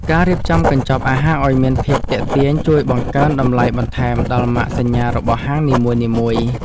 ការរៀបចំកញ្ចប់អាហារឱ្យមានភាពទាក់ទាញជួយបង្កើនតម្លៃបន្ថែមដល់ម៉ាកសញ្ញារបស់ហាងនីមួយៗ។